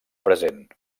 present